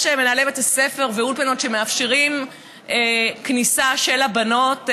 יש מנהלי בתי ספר ואולפנות שמאפשרים כניסה של הבנות,